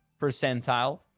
percentile